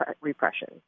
repression